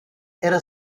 era